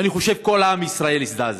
ואני חושב שכל עם ישראל הזדעזע: